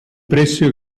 precio